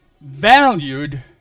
valued